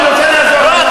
אני רוצה לעזור.